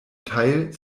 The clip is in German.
teil